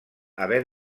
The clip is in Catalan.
haver